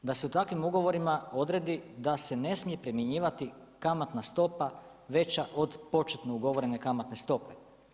Da se u takvim ugovorim odredi, da se ne smije primjenjivati kamatna stupa veća od početne ugovorene kamatne stope.